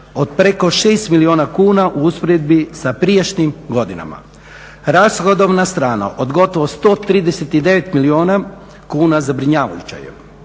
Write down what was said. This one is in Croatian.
od preko 6 milijuna kuna u usporedbi sa prijašnjim godinama. Rashodovna strana od gotovo 139 milijuna kuna zabrinjavajuća